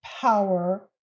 power